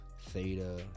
Theta